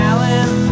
Alan